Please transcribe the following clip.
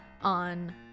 on